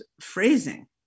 phrasing